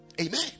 amen